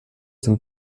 dem